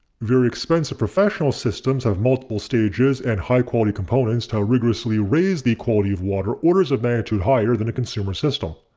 very expensive professional systems have multiple stages and high quality components to rigorously raise the quality of water orders of magnitude higher than a consumer system.